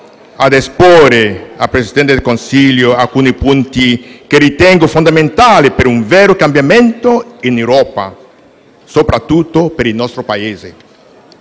a esporre al Presidente del Consiglio alcuni punti che ritengo fondamentali per un vero cambiamento in Europa, soprattutto per il nostro Paese.